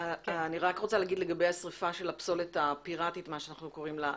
אני רוצה לומר לגבי השריפה של הפסולת הפירטית כפי שאנחנו קוראים לה.